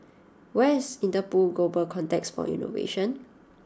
where is Interpol Global Complex for Innovation